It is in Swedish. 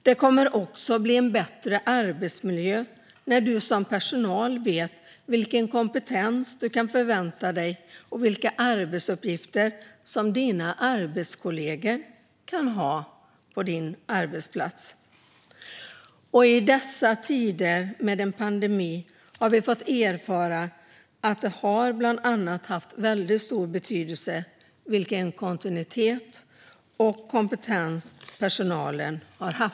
Det kommer också att bli en bättre arbetsmiljö när man som personal vet vad man kan förvänta sig av sina arbetskollegor i fråga om kompetens och vilka arbetsuppgifter de kan utföra. I dessa tider med en pandemi har vi fått erfara att det har stor betydelse vilken kontinuitet och kompetens personalen har.